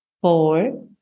four